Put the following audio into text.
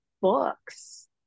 books